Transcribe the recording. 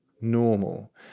normal